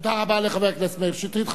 תודה רבה לחבר הכנסת מאיר שטרית.